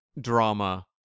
drama